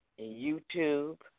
YouTube